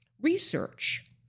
research